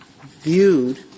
viewed